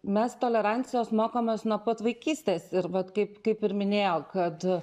mes tolerancijos mokomės nuo pat vaikystės ir vat kaip kaip ir minėjau kad